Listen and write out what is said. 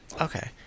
Okay